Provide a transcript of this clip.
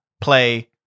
play